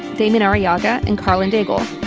daven arriaga and karlyn daigle.